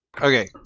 Okay